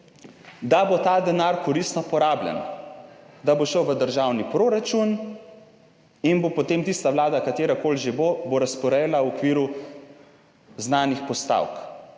da bo ta denar koristno porabljen, da bo šel v državni proračun in bo potem tista Vlada, katerakoli že bo, bo razporejala v okviru znanih postavk,